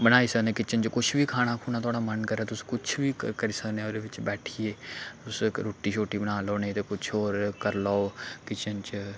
बनाई सकने किचन च कुछ बी खाना खूना थुआढ़ा मन करै तुस कुछ बी करी सकने ओह्दे बी बैठियै तुस रुट्टी शट्टी बना लैओ नेईं ते कुछ होर करी लैओ किचन च